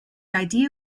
idea